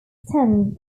extend